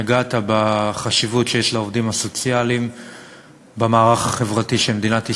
נגעת בחשיבות שיש לעובדים הסוציאליים במערך החברתי של מדינת ישראל.